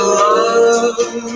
love